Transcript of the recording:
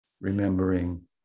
remembering